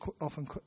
often